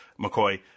McCoy